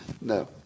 No